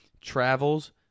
travels